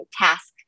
task